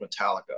metallica